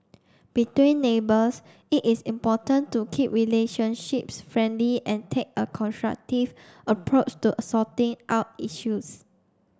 between neighbours it is important to keep relationships friendly and take a constructive approach to sorting out issues